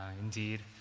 Indeed